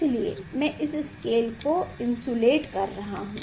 इसलिए मैं इस स्केल को इन्सुलेट कर रहा हूं